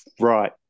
Right